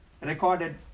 recorded